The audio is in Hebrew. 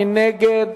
מי נגד?